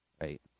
Right